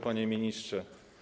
Panie Ministrze!